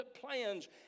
plans